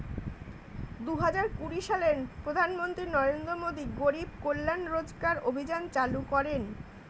দুহাজার কুড়ি সালে প্রধানমন্ত্রী নরেন্দ্র মোদী গরিব কল্যাণ রোজগার অভিযান চালু করেন